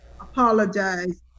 apologize